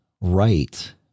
Right